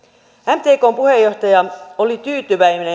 mtkn puheenjohtaja oli tyytyväinen